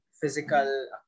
physical